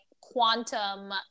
quantum